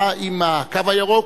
מה עם "הקו הירוק"?